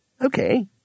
Okay